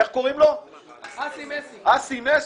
אסי מסינג?